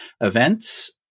events